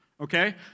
okay